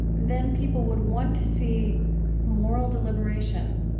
then people would want to see moral deliberation.